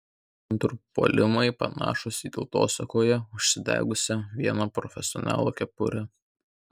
kontrpuolimai panašūs į tautosakoje užsidegusią vieno profesionalo kepurę